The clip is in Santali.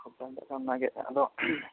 ᱦᱟᱯᱮ ᱚᱱᱟᱜᱮ ᱟᱫᱚ